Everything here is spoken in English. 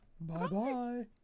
Bye-bye